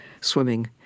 swimming